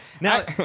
Now